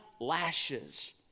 lashes